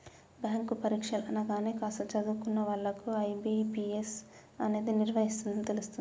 bank పరీక్షలు అనగానే కాస్త చదువుకున్న వాళ్ళకు ఐ.బీ.పీ.ఎస్ అనేది నిర్వహిస్తుందని తెలుస్తుంది